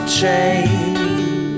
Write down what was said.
change